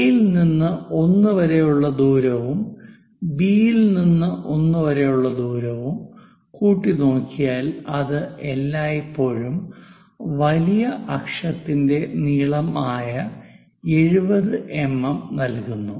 A ൽ നിന്ന് 1 വരെ ഉള്ള ദൂരവും ബി ൽ നിന്ന് 1 വരെയുമുള്ള ദൂരവും കൂട്ടിനോക്കിയാൽ അത് എല്ലായ്പ്പോഴും വലിയ അക്ഷത്തിന്റെ നീളം ആയ 70 എംഎം നൽകുന്നു